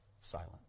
silence